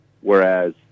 whereas